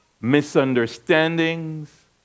misunderstandings